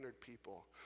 people